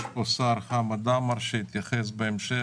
יש פה את השר חמד עמאר שיתייחס בהמשך,